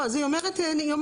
לא, אז היא אומרת, יאמר.